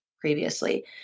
previously